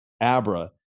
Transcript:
Abra